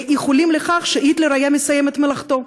ואיחולים לכך שהיטלר היה מסיים את מלאכתו.